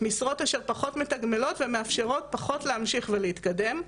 משרות אשר פחות מתגמלות ומאפשרות פחות להמשיך ולהתקדם.